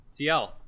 TL